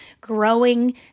growing